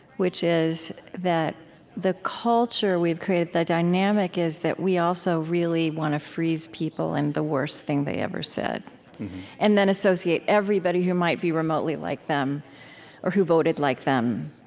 which is that the culture we've created, the dynamic is that we also really want to freeze people in the worst thing they ever said and then associate everybody who might be remotely like them or who voted like them.